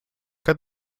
cut